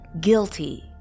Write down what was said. guilty